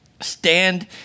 stand